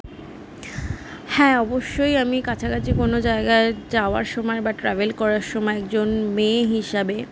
হ্যাঁ অবশ্যই আমি কাছাকাছি কোনো জায়গায় যাওয়ার সময় বা ট্রাভেল করার সময় একজন মেয়ে হিসাবে